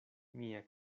mia